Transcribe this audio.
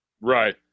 Right